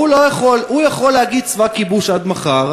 הוא יכול להגיד "צבא כיבוש" עד מחר,